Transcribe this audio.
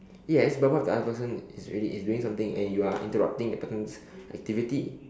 yes but what if the other person is already is doing something and you are interrupting the person's activity